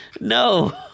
No